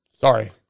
Sorry